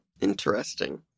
Interesting